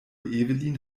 evelyn